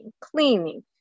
cleaning